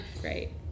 great